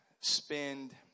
spend